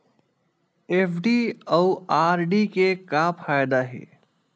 FD अउ RD के का फायदा हे?